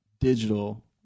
digital